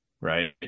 right